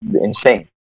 insane